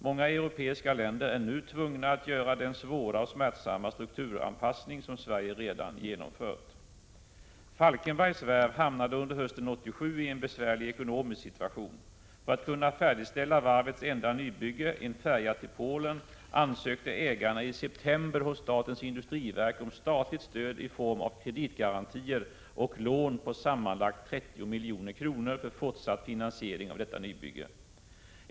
Många europeiska länder är nu tvungna att göra den svåra och smärtsamma strukturanpassning som Sverige redan genomfört. Falkenbergs Varv hamnade under hösten 1987 i en besvärlig ekonomisk situation. För att kunna färdigställa varvets enda nybygge — en färja till Polen — ansökte ägarna i september hos statens industriverk om statligt stöd i form av kreditgarantier och lån på sammanlagt 30 milj.kr. för fortsatt finansiering av detta nybyggge.